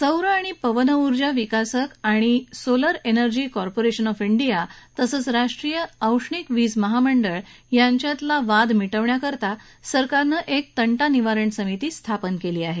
सौर आणि पवनऊर्जा विकासक आणि solar energy corporation of India तसंच राष्ट्रीय औष्णिक वीज महामंडळ यांच्यातला वाद मिटवण्याकरता सरकारनं एक तंटा निवारण समिती स्थापन केली आहे